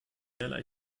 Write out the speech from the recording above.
derlei